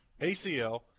ACL